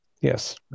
yes